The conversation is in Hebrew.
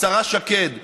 השרה שקד,